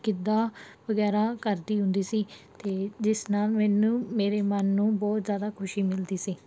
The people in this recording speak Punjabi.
ਗਿੱਧਾ ਵਗੈਰਾ ਕਰਦੀ ਹੁੰਦੀ ਸੀ ਅਤੇ ਜਿਸ ਨਾਲ ਮੈਨੂੰ ਮੇਰੇ ਮਨ ਨੂੰ ਬਹੁਤ ਜ਼ਿਆਦਾ ਖੁਸ਼ੀ ਮਿਲਦੀ ਸੀ